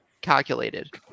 calculated